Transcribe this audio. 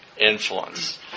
influence